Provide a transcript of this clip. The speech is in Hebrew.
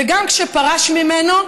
וגם כשפרש ממנו,